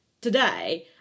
today